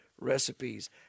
recipes